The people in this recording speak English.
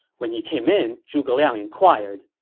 when he came in, zhuge liang inquired,